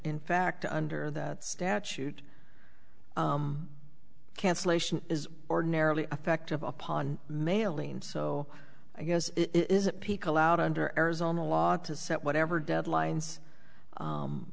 in fact under that statute cancellation is ordinarily effective upon mailing so i guess it is a peak allowed under arizona law to set whatever deadlines